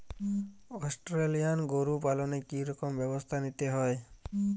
Australian গরু পালনে কি রকম ব্যবস্থা নিতে হয়?